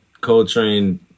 Coltrane